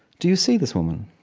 do you see this woman?